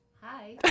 Hi